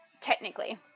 technically